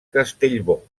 castellbò